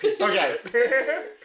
Okay